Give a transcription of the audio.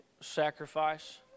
sacrifice